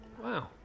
Wow